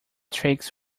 tricks